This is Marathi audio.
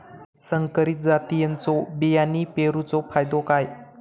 संकरित जातींच्यो बियाणी पेरूचो फायदो काय?